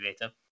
later